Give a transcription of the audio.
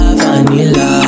vanilla